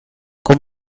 com